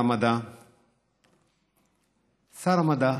שר המדע,